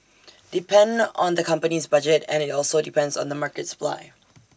depend on the company's budget and IT also depends on the market supply